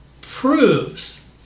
proves